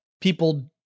people